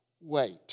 Wait